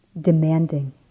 demanding